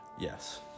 Yes